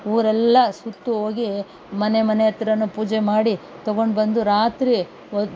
ಊರೆಲ್ಲಾ ಸುತ್ತು ಹೋಗಿ ಮನೆ ಮನೆ ಹತ್ರವೂ ಪೂಜೆ ಮಾಡಿ ತೊಗೊಂಡು ಬಂದು ರಾತ್ರಿ ಒನ್